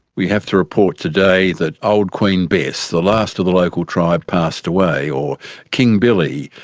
we have to report today that old queen bess, the last of the local tribe, passed away. or king billy,